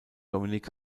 dominik